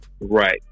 right